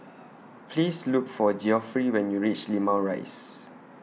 Please Look For Geoffrey when YOU REACH Limau Rise